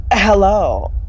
Hello